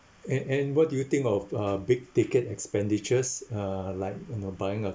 and and what do you think of uh big ticket expenditures uh like you know buying a